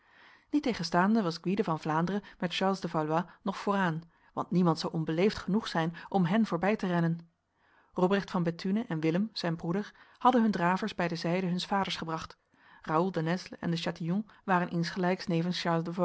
niettegenstaande was gwyde van vlaanderen met charles de valois nog vooraan want niemand zou onbeleefd genoeg zijn om hen voorbij te rennen robrecht van bethune en willem zijn broeder hadden hun dravers bij de zijde huns vaders gebracht raoul de nesle en de chatillon waren insgelijks nevens